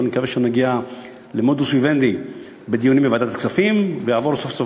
ואני מקווה שנגיע למודוס ויוונדי בדיונים בוועדת הכספים ויעבור סוף-סוף